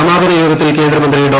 സമാപന യോഗത്തിൽ കേന്ദ്രമന്ത്രി ഡോ